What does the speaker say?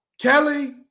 Kelly